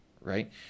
right